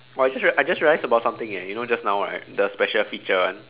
I just I just realised about something eh you know just now right the special feature one